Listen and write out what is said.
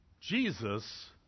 Jesus